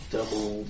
Double